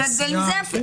נכון.